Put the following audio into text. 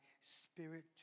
spirit